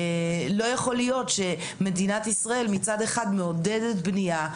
לא יכול להיות שמצד אחד מדינת ישראל מעודדת בנייה,